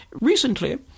Recently